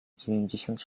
dziewięćdziesiąt